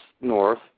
North